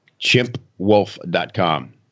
Chimpwolf.com